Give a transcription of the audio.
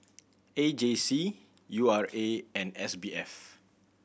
A J C U R A and S B F